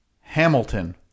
Hamilton